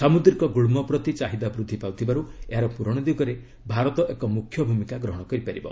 ସାମୁଦ୍ରିକ ଗୁଳ୍ମ ପ୍ରତି ଚାହିଦା ବୃଦ୍ଧି ପାଉଥିବାରୁ ଏହାର ପୂରଣ ଦିଗରେ ଭାରତ ଏକ ମୁଖ୍ୟ ଭୂମିକା ଗ୍ରହଣ କରିପାରିବ